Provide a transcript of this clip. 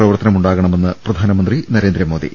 പ്രവർത്തനമുണ്ടാകണമെന്ന് പ്രധാനമന്ത്രി നരേന്ദ്ര മോദി